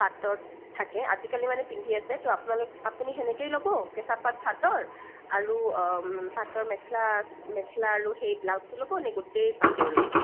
পাটৰ থাকে আজিকালি মানে পিন্ধি আছেতো আপোনালোক আপুনি তেনেকেই ল'ব কেঁচা পাট চাদৰ আৰু পাটৰ মেখেলা মেখেলা আৰু সেই ব্লাউজটো ল'বনে গোটেই পাটৰ ল'ব